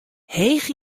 heech